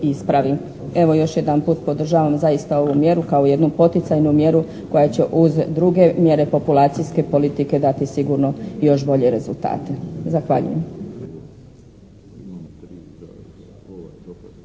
i ispravi. Evo još jedanput podržavam zaista ovu mjeru kao jednu poticajnu mjeru koja će uz druge mjere populacijske politike dati sigurno i još bolje rezultate. Zahvaljujem.